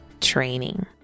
training